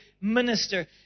minister